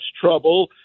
trouble